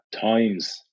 times